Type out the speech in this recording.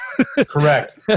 Correct